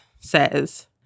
says